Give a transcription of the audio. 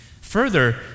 Further